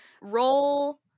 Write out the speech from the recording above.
Roll